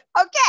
okay